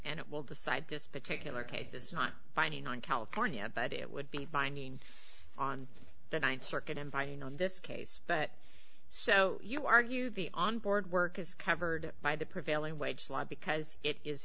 and it will decide this particular case is not binding on california but it would be binding on the ninth circuit and by this case but so you argue the onboard work is covered by the prevailing wage law because it is